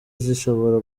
zishobora